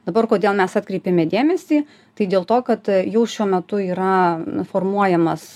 dabar kodėl mes atkreipėme dėmesį tai dėl to kad jau šiuo metu yra formuojamas